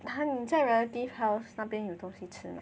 !huh! 你在 relative house 那边有东西吃 meh